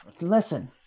listen